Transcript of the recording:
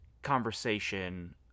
Conversation